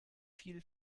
viel